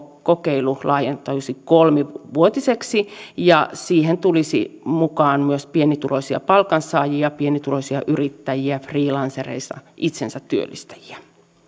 kokeilu laajentuisi kolmivuotiseksi ja siihen tulisi mukaan myös pienituloisia palkansaajia pienituloisia yrittäjiä freelancereita itsensätyöllistäjiä